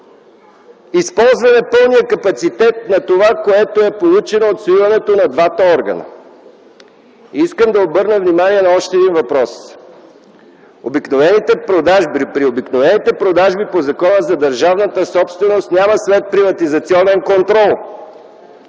използване пълния капацитет на това, което е получено от свиването на двата органа. Искам да обърна внимание на още един въпрос. При обикновените продажби по Закона за държавната собственост няма следприватизационен контрол.